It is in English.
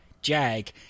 jag